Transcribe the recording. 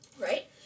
right